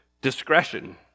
discretion